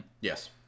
Yes